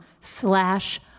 slash